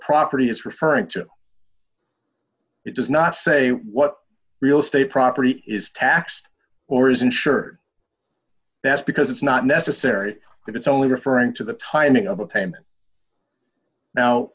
property is referring to it does not say what real estate property is taxed or is insured that's because it's not necessary and it's only referring to the timing of a payment now